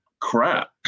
crap